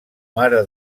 mare